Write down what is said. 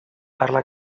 parla